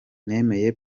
nemeye